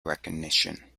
recognition